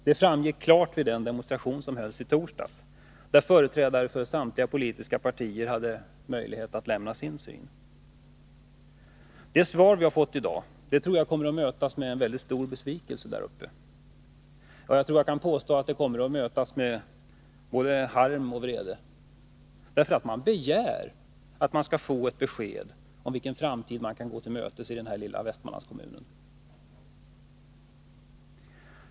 Det framgick klart vid den demonstration som hölls i torsdags, där företrädare för samtliga politiska partier hade möjlighet att redovisa sin syn. Jag tror att det svar som vii dag har fått kommer att mötas med stor besvikelse i Skinnskatteberg. Jag kan nog påstå att det kommer att mottas med både harm och vrede. Människorna begär att de skall få ett besked om vilken framtid de kan gå till mötes i denna lilla västmanländska kommun.